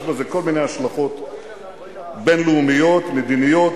יש בזה כל מיני השלכות בין-לאומיות, מדיניות.